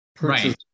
Right